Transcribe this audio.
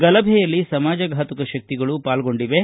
ಗಲಭೆಯಲ್ಲಿ ಸಮಾಜಘಾತುಕ ಶಕ್ತಿಗಳು ಪಾಲ್ಗೊಂಡಿವೆ